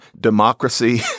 democracy